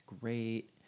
great